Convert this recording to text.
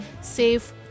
safe